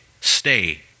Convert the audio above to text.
stay